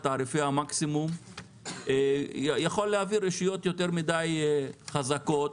תעריפי המקסימום יכול להביא רשויות יותר מדיי חזקות